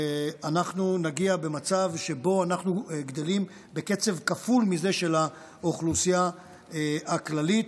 אנחנו נגיע למצב שבו אנחנו גדלים בקצב כפול מזה של האוכלוסייה הכללית,